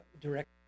direct